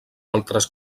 altres